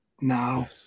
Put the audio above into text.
now